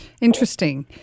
Interesting